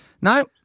no